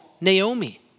Naomi